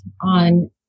on